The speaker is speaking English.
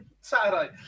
Saturday